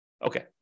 Okay